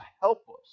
helpless